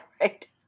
right